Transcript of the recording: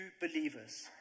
believers